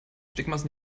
stigmas